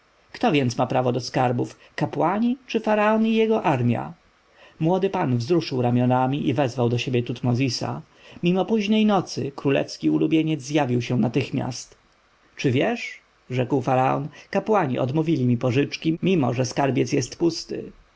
kto ma prawo do skarbów kapłani czy faraon i jego armja młody pan wzruszył ramionami i wezwał do siebie tutmozisa mimo późnej nocy królewski ulubieniec zjawił się natychmiast czy wiesz rzekł faraon kapłani odmówili mi pożyczki pomimo że skarb jest pusty